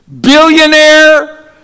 Billionaire